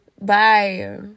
Bye